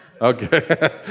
Okay